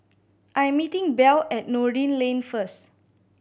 I am meeting Belle at Noordin Lane first